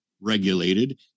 regulated